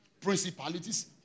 Principalities